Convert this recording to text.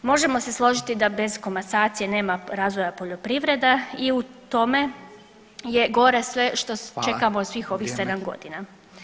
Možemo se složiti da bez komasacije nema razvoja poljoprivrede i u tome je gore sve što čekamo [[Upadica Radin: Hvala, vrijeme.]] svih ovih sedam godina.